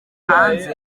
hanze